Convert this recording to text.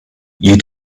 you